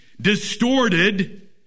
distorted